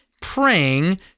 praying